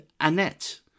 Annette